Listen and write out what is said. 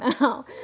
now